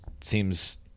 seems